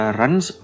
runs